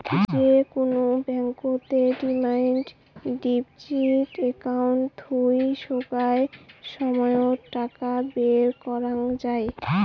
যে কুনো ব্যাংকতের ডিমান্ড ডিপজিট একাউন্ট থুই সোগায় সময়ত টাকা বের করাঙ যাই